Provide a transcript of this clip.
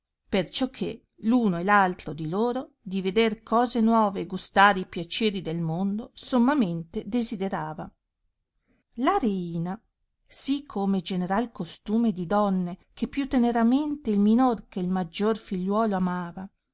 e alla reina perciò che l'uno e l'altro di loro di veder cose nuove e gustare i piaceri del mondo sommamente desiderava la reina sì come è general costume di donne che più teneramente il minor che maggior figliuolo amava